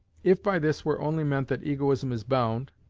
if by this were only meant that egoism is bound,